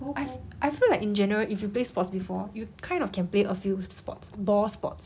I I feel like in general if you play sports before you kind of can play a few sports ball sports